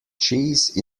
cheese